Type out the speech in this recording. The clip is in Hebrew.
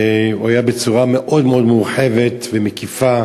והוא היה בצורה מאוד מאוד מורחבת ומקיפה.